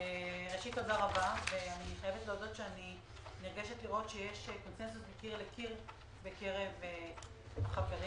אני חייבת להודות שאני נרגשת לראות שיש הסכמה מקיר לקיר בקרב החברים,